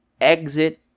exit